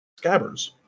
Scabbers